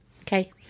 Okay